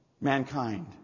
mankind